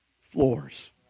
floors